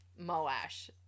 Moash